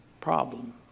problem